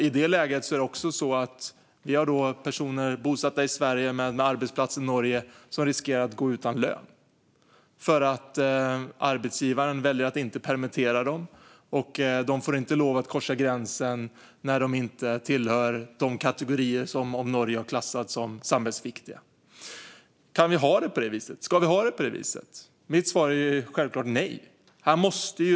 I det läget finns det personer som har sin arbetsplats i Norge och som nu riskerar att gå utan lön för att arbetsgivaren väljer att inte permittera dem och de inte får lov att korsa gränsen om de inte tillhör de kategorier som Norge har klassat som samhällsviktiga. Ska vi ha det på det viset? Mitt svar är självklart nej.